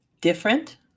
different